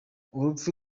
urupfu